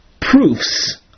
proofs